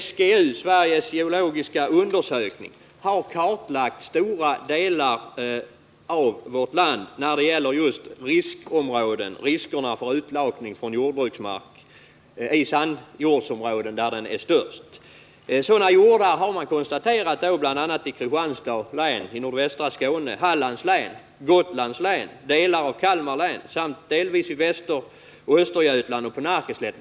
SGU, Sveriges geologiska undersökning, har kartlagt stora delar av vårt land när det gäller just risken för urlakning från jordbruksmark i sandjordsområden, där problemen är störst. Sådana jordar har man konstaterat bl.a. i Kristianstads län, i nordvästra Skåne, i Hallands län, på Gotland, i delar av Kalmar län samt delvis i Västeroch Östergötland samt på Närkeslätten.